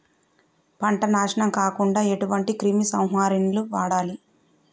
పంట నాశనం కాకుండా ఎటువంటి క్రిమి సంహారిణిలు వాడాలి?